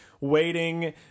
waiting